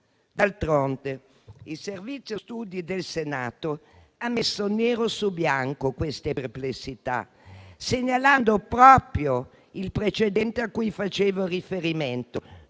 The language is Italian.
D'altronde, il Servizio studi del Senato ha messo nero su bianco queste perplessità, segnalando proprio il precedente cui facevo riferimento: